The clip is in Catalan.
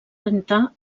rentar